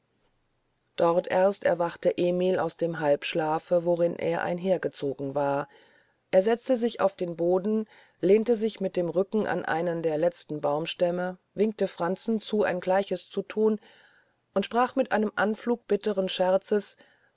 dort erst erwachte emil aus dem halbschlafe worin er einhergezogen war er setzte sich auf den erdboden lehnte sich mit dem rücken an einen der letzten baumstämme winkte franzen zu ein gleiches zu thun und sprach mit einem anfluge bitteren scherzes